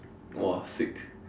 !wah! sick